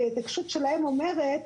כי ההתעקשות שלהם אומרת